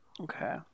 Okay